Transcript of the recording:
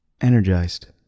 Energized